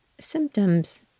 symptoms